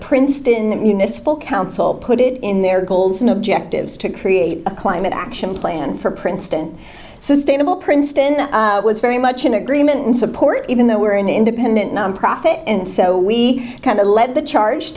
princeton municipal council put it in their goals and objectives to create a climate action plan for princeton sustainable princeton was very much in agreement and support even though we're an independent nonprofit and so we kind of led the charge